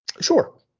Sure